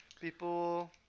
people